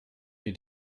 mir